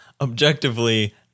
objectively